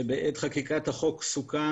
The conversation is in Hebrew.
שבעת חקיקת החוק סוכם,